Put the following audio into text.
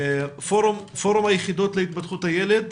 מנהלת פורום היחידות להתפתחות הילד,